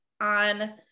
on